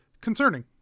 concerning